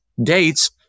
Dates